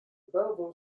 belleville